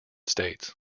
states